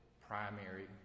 primary